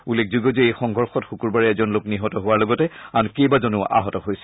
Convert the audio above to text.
উল্লেখযোগ্য যে এই সংঘৰ্ষত শুকুৰবাৰে এজন লোক নিহত হোৱাৰ লগতে আন কেইবাজনো আহত হৈছিল